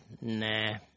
Nah